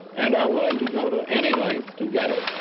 and are willing to go to any length to get it,